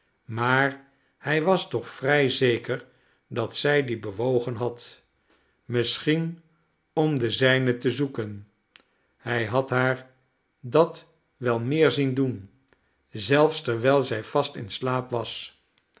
maar hij was toch vrij zeker dat zij die bewogen had misschien om de zijne te zoeken hij had haar dat wel meer zien doen zelfs terwijl zij vast in slaap was